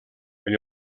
and